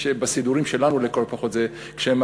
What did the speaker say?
בסידורים שלנו לכל הפחות זה כשמתחילים